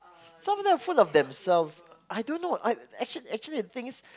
some of them are full of themselves I don't know I actually actually the thing is